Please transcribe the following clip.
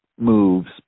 Moves